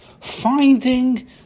finding